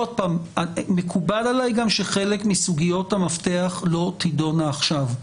מקובל עלי גם שחלק מסוגיות המפתח לא תידונה עכשיו,